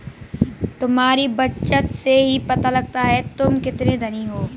तुम्हारी बचत से ही पता लगता है तुम कितने धनी हो